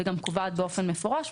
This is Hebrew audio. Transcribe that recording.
וגם קובעת באופן מפורש.